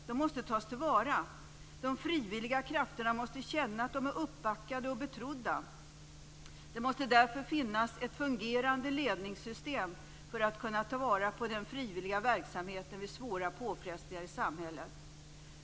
De måste tas till vara. De frivilliga krafterna måste känna att de är uppbackade och betrodda. Det måste därför finnas ett fungerande ledningssystem för att ta vara på den frivilliga verksamheten vid svåra påfrestningar i samhället.